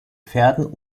pferden